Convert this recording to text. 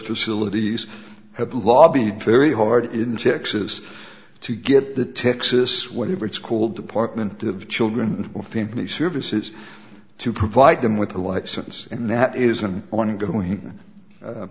facilities have lobbied very hard in texas to get the texas whatever it's called department of children or family services to provide them with a license and that is an ongoing